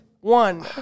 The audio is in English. one